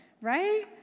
right